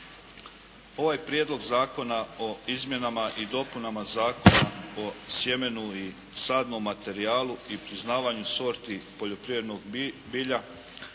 Ovaj Prijedlog zakona o izmjenama i dopunama Zakona o sjemenu i sadnom materijalu i priznavanju sorti poljoprivrednog bilja